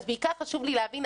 אז בעיקר חשוב לי להבין,